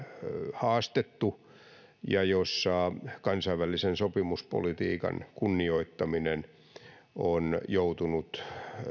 haastettu ja jossa kansainvälisen sopimuspolitiikan kunnioittaminen on joutunut